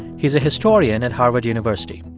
he's a historian at harvard university